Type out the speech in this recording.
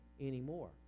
anymore